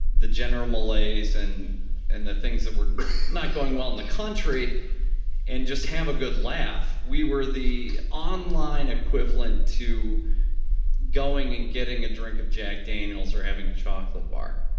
the general malaise and and the things that were not going well in the country and just have a good laugh. we were the online equivalent to going and getting a drink of jack daniel's or having a chocolate bar.